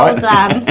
um done.